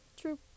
True